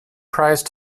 prize